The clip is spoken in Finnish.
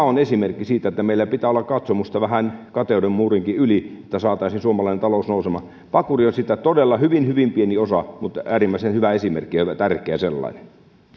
on esimerkki siitä että meillä pitää olla katsomusta vähän kateuden muurinkin yli että saataisiin suomalainen talous nousemaan pakuri on siitä todella hyvin hyvin pieni osa mutta äärimmäisen hyvä esimerkki ja tärkeä sellainen